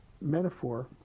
metaphor